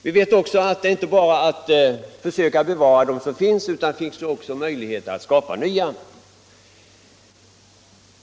Det gäller inte bara att bevara dem som finns —- man har också möjligheter att skapa nya.